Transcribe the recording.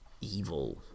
evil